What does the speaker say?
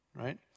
right